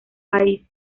país